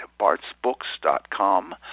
bartsbooks.com